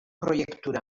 proiektura